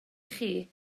chi